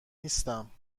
نیستم